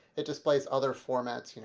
it displays other formats, you know